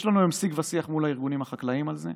יש לנו היום שיג ושיח מול הארגונים החקלאיים על זה.